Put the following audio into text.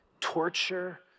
torture